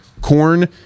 corn